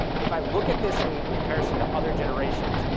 if i look at this in comparison to other generations,